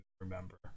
remember